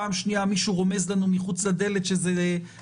פעם שנייה מישהו רומז לנו מחוץ לדלת שבסדרי